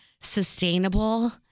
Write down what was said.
sustainable